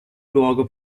luogo